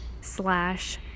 slash